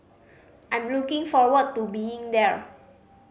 I'm looking forward to being there